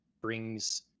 brings